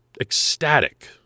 ecstatic